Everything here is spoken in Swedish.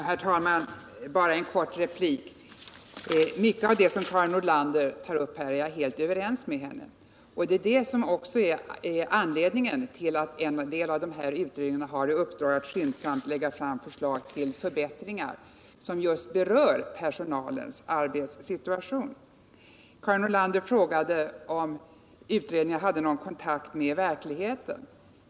Herr talman! Bara en kort replik. Mycket av det som Karin Nordlander tar upp är jag helt överens med henne om. Det är också en del av de saker som hon tar upp som är anledningen till att några av utredningarna fått i uppdrag att skyndsamt lägga fram förslag till förbättringar som just berör personalens arbetssituation. Karin Nordlander frågade om utredningarna hade någon kontakt med verkligheten.